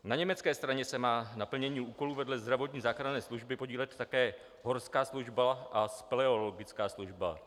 Na německé straně se má na plnění úkolů vedle zdravotní záchranné služby podílet také horská služba a speleologická služba.